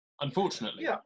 unfortunately